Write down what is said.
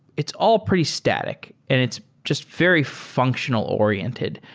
it's all pretty static and it's just very functional-oriented.